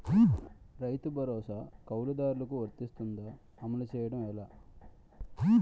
రైతు భరోసా కవులుదారులకు వర్తిస్తుందా? అమలు చేయడం ఎలా